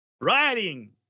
writing